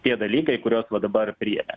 tie dalykai kuriuos va dabar priėmė